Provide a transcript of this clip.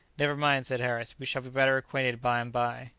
never mind, said harris we shall be better acquainted by-and-by.